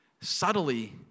subtly